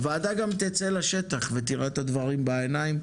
הוועדה גם תצא לשטח ותראה את הדברים בעיניים.